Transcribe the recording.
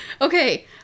Okay